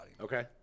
Okay